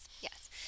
Yes